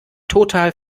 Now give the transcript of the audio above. total